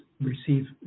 receive